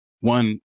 one